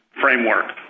framework